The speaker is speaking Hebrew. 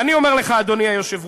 ואני אומר לך, אדוני היושב-ראש,